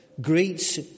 greets